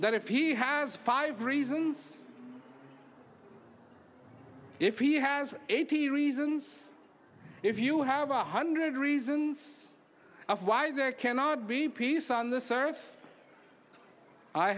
that if he has five reasons if he has eighty reasons if you have a hundred reasons why there cannot be peace on this earth i